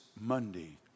Monday